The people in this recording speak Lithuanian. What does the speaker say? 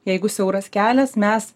jeigu siauras kelias mes